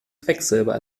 quecksilber